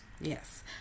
yes